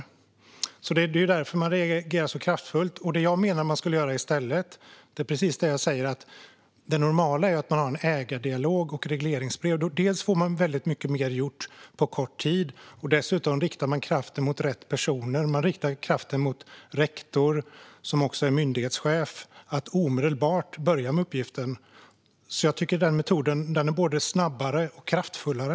Det är därför man reagerar så kraftfullt. Det jag menar att man i stället borde göra är att hålla en normal ägardialog och utfärda regleringsbrev. Dels får man väldigt mycket mer gjort på kort tid då, dels riktar man kraften mot rätt personer. Man riktar kraften mot rektor, som också är myndighetschef, så att rektorn omedelbart kan börja med uppgiften. Jag tycker att den metoden är både snabbare och kraftfullare.